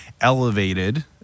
elevated